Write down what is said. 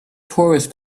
tourists